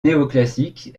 néoclassique